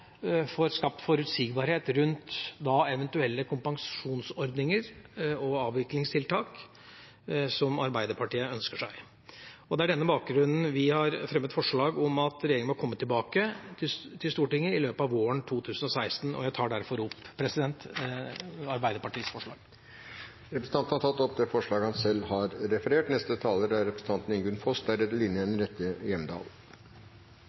får skapt forutsigbarhet rundt eventuelle kompensasjonsordninger og avviklingstiltak som Arbeiderpartiet ønsker seg. Det er på denne bakgrunnen vi har fremmet forslag om at regjeringa må komme tilbake til Stortinget i løpet av våren 2016. Jeg tar derfor opp Arbeiderpartiets forslag. Representanten Knut Storberget har tatt opp det forslaget han refererte til. Høyre er opptatt av god dyrevelferd, at lover og regler etterleves, og at tilsynet er